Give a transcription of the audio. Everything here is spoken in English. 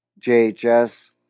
JHS